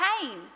pain